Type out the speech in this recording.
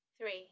Three